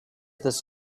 this